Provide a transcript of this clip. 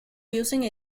using